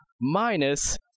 Minus